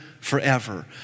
forever